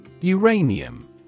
Uranium